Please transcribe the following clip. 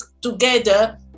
together